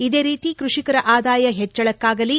ಇದೇ ರೀತಿ ಕೃಷಿಕರ ಆದಾಯ ಪೆಜ್ಜಳಕ್ಕಾಗಲಿ